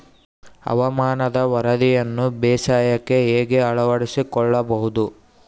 ಹವಾಮಾನದ ವರದಿಯನ್ನು ಬೇಸಾಯಕ್ಕೆ ಹೇಗೆ ಅಳವಡಿಸಿಕೊಳ್ಳಬಹುದು?